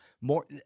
more